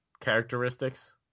characteristics